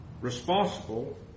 responsible